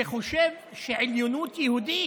שחושב שעליונות יהודית